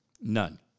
None